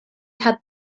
had